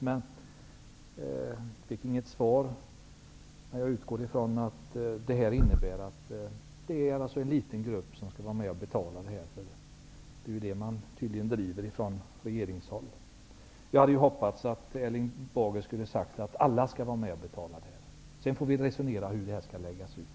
Jag tycker inte att jag fick något svar, men jag utgår från att detta innebär att det är en liten grupp som skall vara med och betala, därför att det ju är den linje som man tydligen driver från regeringshåll. Jag hade hoppats att Erling Bager skulle säga att alla skall vara med och betala och att vi sedan får resonera om hur detta skall läggas ut.